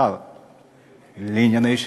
שר לענייני,